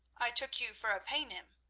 i took you for a paynim.